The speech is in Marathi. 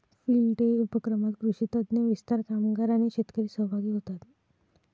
फील्ड डे उपक्रमात कृषी तज्ञ, विस्तार कामगार आणि शेतकरी सहभागी होतात